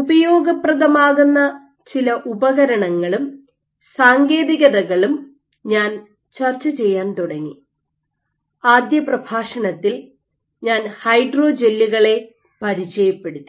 ഉപയോഗപ്രദമാകുന്ന ചില ഉപകരണങ്ങളും സാങ്കേതികതകളും ഞാൻ ചർച്ചചെയ്യാൻ തുടങ്ങി ആദ്യ പ്രഭാഷണത്തിൽ ഞാൻ ഹൈഡ്രോജെല്ലുകളെ പരിചയപ്പെടുത്തി